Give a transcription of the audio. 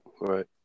Right